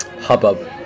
hubbub